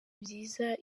byiza